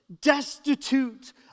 destitute